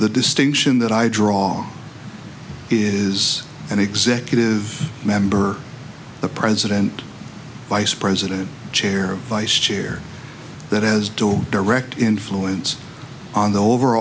the distinction that i draw is an executive member the president vice president chair vice chair that has dual direct influence on the over